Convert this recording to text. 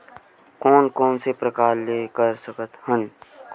कोन कोन से प्रकार ले कर सकत हन?